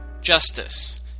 justice